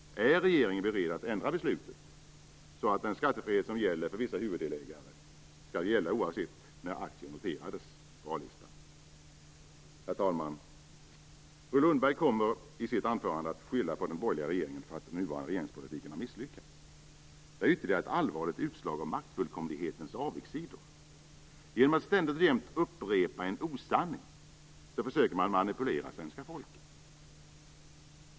Är regeringen beredd att ändra beslutet så att den skattefrihet som gäller vissa huvuddelägare skall gälla oavsett när aktien noterades på A-listan? Herr talman! Fru Lundberg kommer i sitt anförande att skylla på den borgerliga regeringen för att den nuvarande regeringspolitiken har misslyckats. Det är ytterligare ett allvarligt utslag av maktfullkomlighetens avigsidor. Genom att ständigt och jämt upprepa en osanning försöker man manipulera svenska folket.